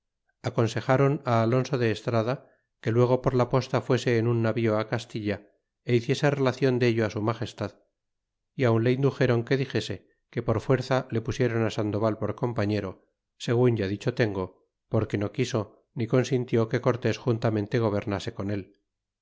aconsejaron alonso de estrada que luego por la posta fuese en un navio á castilla é hiciese relacion de ello á su magestad y aun le induxéron que dixese que por fuerza le pusiéron sandoval por compañero segun ya dicho tengo porque no quiso ni consintió que cortés juntamente gobernase con él